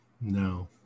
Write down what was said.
no